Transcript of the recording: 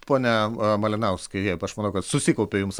pone malinauskai aš manau kad susikaupė jums